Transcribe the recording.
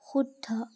শুদ্ধ